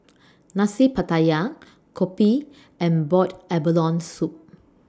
Nasi Pattaya Kopi and boiled abalone Soup